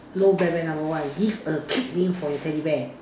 no bear bear number one give a cute name for your teddy bear